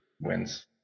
wins